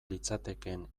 litzatekeen